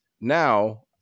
now